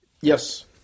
Yes